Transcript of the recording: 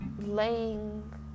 laying